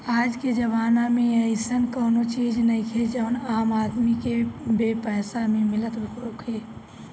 आजके जमाना में अइसन कवनो चीज नइखे जवन आम आदमी के बेपैसा में मिलत होखे